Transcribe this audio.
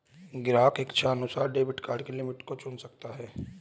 ग्राहक इच्छानुसार debit card limit को चुन सकता है